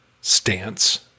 stance